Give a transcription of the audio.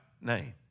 name